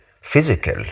physical